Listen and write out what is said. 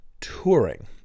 touring